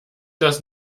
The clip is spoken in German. das